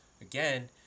again